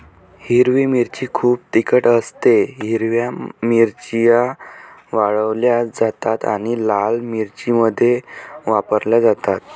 हिरवी मिरची खूप तिखट असतेः हिरव्या मिरच्या वाळवल्या जातात आणि लाल मिरच्यांमध्ये वापरल्या जातात